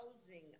housing